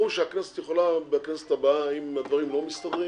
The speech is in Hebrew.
ברור שבכנסת הבאה, אם הדברים לא מסתדרים